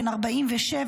בן 47,